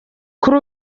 kuri